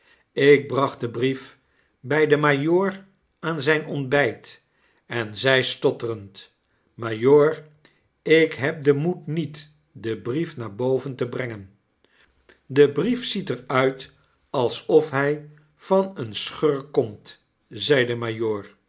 ik bracht den brief by den majoor aan zyn ontbyt en zei stotterend majoor ik heb den moed niet den brief naar boven te brengen de brief ziet er uit alsof hy van een schurk komt zei de